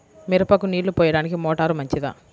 మిరపకు నీళ్ళు పోయడానికి మోటారు మంచిదా?